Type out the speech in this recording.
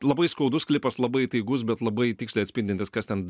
labai skaudus klipas labai įtaigus bet labai tiksliai atspindintis kas ten